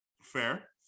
fair